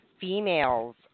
females